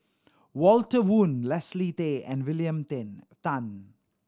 Walter Woon Leslie Tay and William Ten Tan